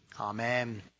Amen